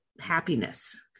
happiness